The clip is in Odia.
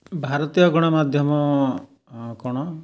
ଭାରତୀୟ ଗଣମାଧ୍ୟମ କ'ଣ